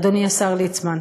אדוני השר ליצמן,